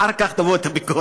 אחר כך תבוא הביקורת.